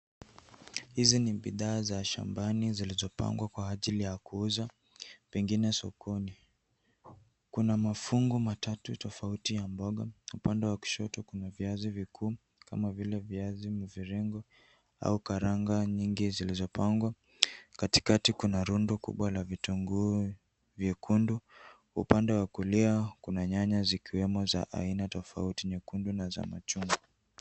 Hizi ni bidhaa za shambani zilizopangwa kwa ajili ya kuuza pengine sokoni. Kuna mafungo matatu tofauti ya mboga. Upande wa kushoto kuna viazi vikuu kama vile viazi mviringo au karanga nyingi zilizopangwa, katikati kuna rundo kubwa la vitunguu vyekundu. Upande wa kulia kuna nyanya zikiwemo za aina tofauti nyekundu na za machungwa.